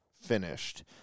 finished